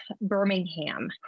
Birmingham